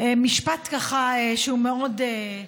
משפט שהוא מאוד,